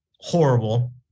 horrible